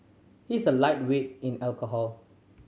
he is a lightweight in alcohol